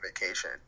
vacation